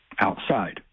outside